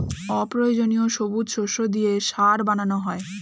অপ্রয়োজনীয় সবুজ শস্য দিয়ে সার বানানো হয়